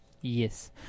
Yes